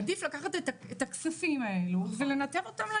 עדיף לקחת את הכספים ולנתב אותם היישר